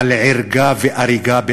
על ערגה ואריגה,